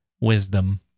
wisdom